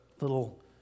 little